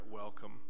welcome